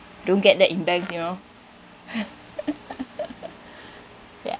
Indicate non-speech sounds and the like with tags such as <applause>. don't get that in banks you know <breath> <laughs> ya